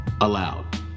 Allowed